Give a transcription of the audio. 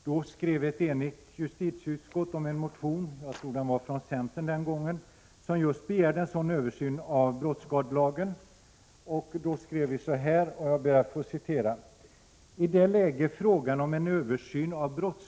Då skrev ett enigt justitieutskott om en motion — jag tror den var från centern den gången — där man begärde just en sådan översyn av brottsskadelagen: ”I det läge frågan om en översyn av brottsskadelagen sålunda befinner sig saknas det Prot.